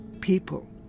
people